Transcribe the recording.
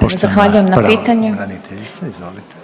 **Reiner,